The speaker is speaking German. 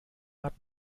hat